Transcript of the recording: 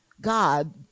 God